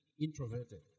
introverted